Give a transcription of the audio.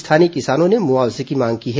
स्थानीय किसानों ने मुआवजे की मांग की है